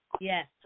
Yes